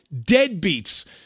deadbeats